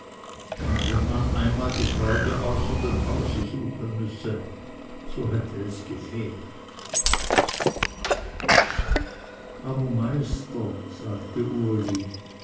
und wenn man einmal die freude außer dem hause suchen müsse so hätte es gefehlt aber meister sagte uli